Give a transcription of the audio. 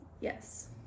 Yes